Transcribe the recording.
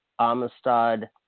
Amistad